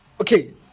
okay